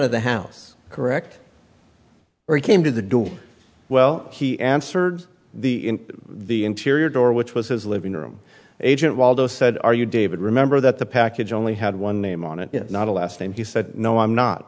of the house correct or he came to the door well he answered the in the interior door which was his living room agent while joe said are you david remember that the package only had one name on it not a last name he said no i'm not